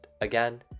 again